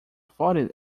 flórida